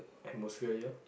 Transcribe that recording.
atmosphere here